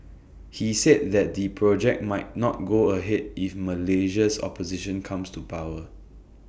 he said that the project might not go ahead if Malaysia's opposition comes to power